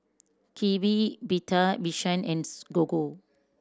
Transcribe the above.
Kiwi Better Vision and Gogo